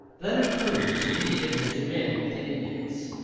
than it proved to be in his remaining with the indians.